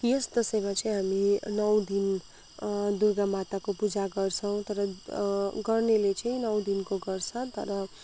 यस दसैँमा चाहिँ हामी नौ दिन दुर्गामाताको पूजा गर्छौँ तर गर्नेले चाहिँ नौ दिनको गर्छ तर